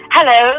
Hello